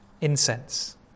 incense